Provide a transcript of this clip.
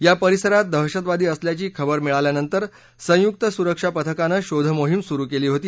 या परिसरात दहशतवादी असल्याची खबर मिळाल्यावरुन संयुक्त सुरक्षा पथकानं शोध मोहिम सुरु केली होती